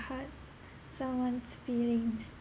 hurt someone's feelings